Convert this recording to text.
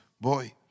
Boy